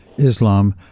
Islam